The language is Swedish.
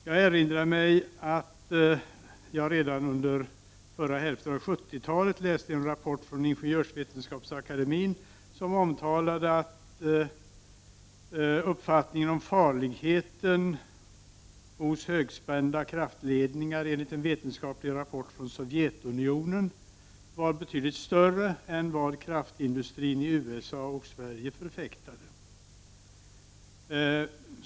Jag erinrar mig att jag redan under förra hälften av 70-talet läste en rapport från Ingenjörsvetenskapsakademien som omtalade att uppfattningen var att farligheten hos högspänningskraftledningar, enligt en vetenskaplig rapport från Sovjetunionen, var betydligt större än vad kraftindustrini USA och Sverige förfäktade.